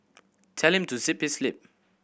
telling to zip his lip